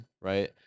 right